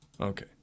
Okay